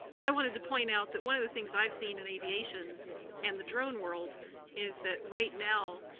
i wanted to point out that one of the things i've seen in aviation and the drone world is that right now,